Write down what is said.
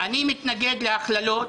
אני מתנגד להכללות,